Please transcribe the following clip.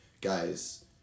guys